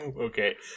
Okay